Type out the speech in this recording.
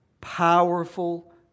powerful